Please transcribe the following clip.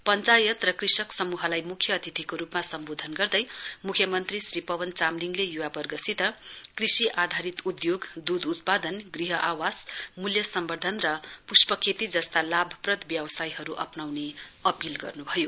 पञ्चायत र कृषक समूहलाई मुख्य अतिथिको रूपमा सम्बोधन गर्दै मुख्यमन्त्री श्री पवन चामलिङले युवावर्गसित कृषि आधारित उद्योग दूध उत्पादन गृह आवास मूल्य सम्बर्द्वन र पुष्पखेती जस्ता लाभप्रद व्यवसायहरू अप्नाउने अपील गर्नु भयो